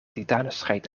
titanenstrijd